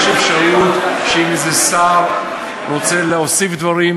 יש אפשרות שאם איזה שר רוצה להוסיף דברים,